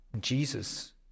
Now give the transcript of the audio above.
Jesus